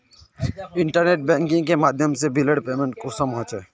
Internet banking के माध्यम से बिलेर पेमेंट कुंसम होचे?